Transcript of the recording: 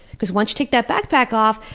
because once you take that backpack off,